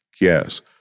Yes